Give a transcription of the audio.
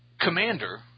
commander